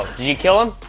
did you kill him?